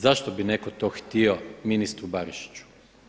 Zašto bi neko to htio ministru Barišiću?